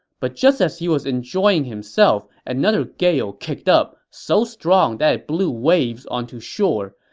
but just as he was enjoying himself, another gale kicked up, so strong that it blew waves onto shore.